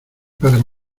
para